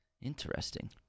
Interesting